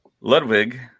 Ludwig